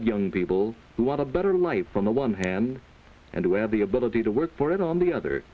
of young people who want a better life from the one hand and who have the ability to work for it on the other